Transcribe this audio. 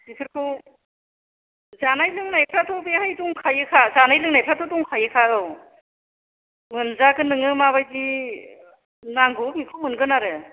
बेफोरखौ जानाय लोंनायफ्राथ' बेहाय दंखायोखा जानाय लोंनायफ्राथ' दंखायोखा औ मोनजागोन नोङो माबायदि नांगौ बेखौ मोनगोन आरो